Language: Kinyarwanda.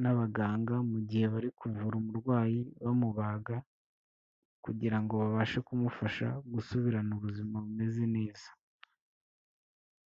n'abaganga mu gihe bari kuvura umurwayi bamubaga, kugira ngo babashe kumufasha gusubirana ubuzima bumeze neza.